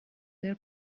their